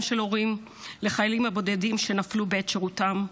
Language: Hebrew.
של הורים לחיילים הבודדים שנפלו בעת שירותם,